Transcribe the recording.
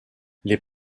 les